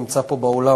נמצא פה באולם,